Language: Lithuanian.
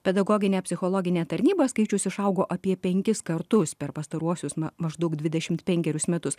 pedagoginę psichologinę tarnybą skaičius išaugo apie penkis kartus per pastaruosius na maždaug dvidešimt penkerius metus